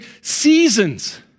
seasons